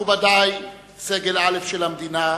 מכובדי סגל א' של המדינה,